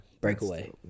Breakaway